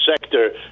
sector